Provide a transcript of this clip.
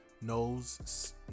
knows